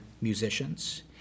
musicians